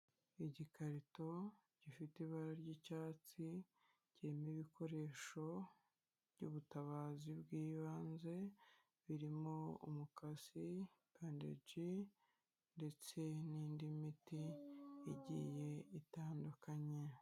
Igikarito gifite ibara ry'icyatsi kirimo ibikoresho by'ubutabazi bw'ibanze, birimo umukasi bandegi ndetse n'indi miti igiye itandukanye.